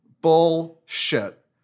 Bullshit